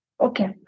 Okay